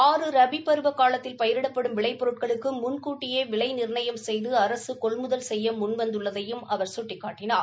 ஆறு ரபி பருவக் காலத்தில் பயிரிடப்படும் விளை பொருட்களுக்கு முன்கூட்டியே விலை நிர்ணயம் செய்து அரசு கொள்முதல் செய்ய முன்வந்துள்ளதையும் அவர் சுட்டிக்காட்டினார்